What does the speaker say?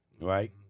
Right